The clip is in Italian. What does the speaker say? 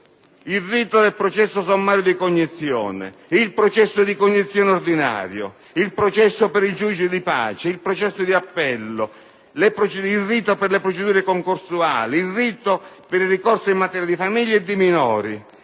lavoro, il processo sommario di cognizione, il processo di cognizione ordinario, il processo per il giudice di pace, il processo di appello, il rito per le procedure concorsuali, il rito per il ricorso in materia di famiglia e di minori,